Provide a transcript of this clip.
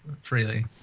freely